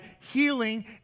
healing